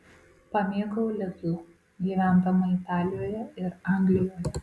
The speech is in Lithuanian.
pamėgau lidl gyvendama italijoje ir anglijoje